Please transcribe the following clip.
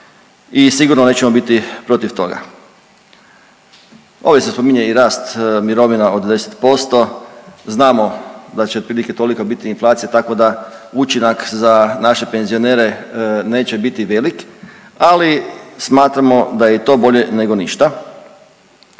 i sigurno nećemo biti protiv toga. Ovdje se spominje i rast mirovina od 10%, znamo da će otprilike tolika biti i inflacija, tako da učinak za naše penzionere neće biti velik, ali smatramo da je i to bolje nego ništa,